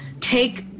take